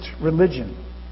religion